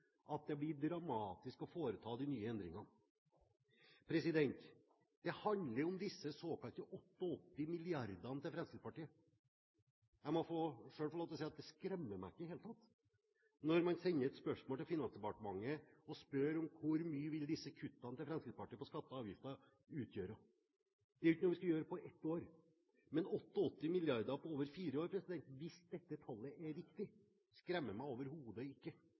at det blir dramatisk å foreta nye endringer. Det handler om disse såkalte 88 milliardene til Fremskrittspartiet. Jeg må få lov til å si at det skremmer meg ikke i det hele tatt, når man sender et spørsmål til Finansdepartementet om hvor mye disse kuttene til Fremskrittspartiet på skatter og avgifter vil utgjøre. Det er ikke noe vi skal gjøre på ett år, men 88 mrd. kr på over fire år – hvis dette tallet er riktig – skremmer meg overhodet ikke,